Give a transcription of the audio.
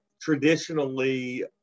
traditionally